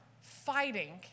fighting